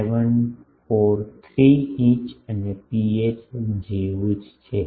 743 inch અને pH જેવું જ છે